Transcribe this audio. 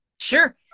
Sure